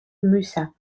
musa